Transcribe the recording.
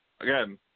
again